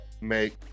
make